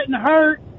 hurt